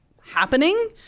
happening